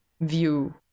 view